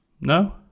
No